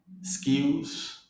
skills